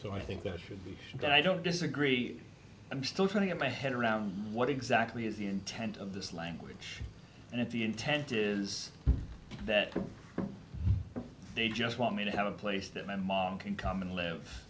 so i think that should be done i don't disagree i'm still trying to get my head around what exactly is the intent of this language and if the intent is that they just want me to have a place that my mom can come and live